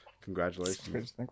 Congratulations